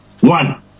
one